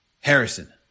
Harrison